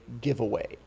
giveaway